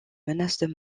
menaces